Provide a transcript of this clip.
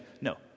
no